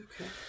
Okay